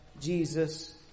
Jesus